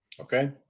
Okay